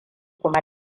kuma